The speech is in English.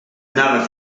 another